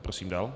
Prosím dál.